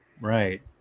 Right